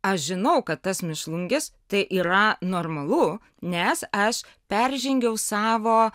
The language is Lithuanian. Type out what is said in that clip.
aš žinau kad tas mėšlungis tai yra normalu nes aš peržengiau savo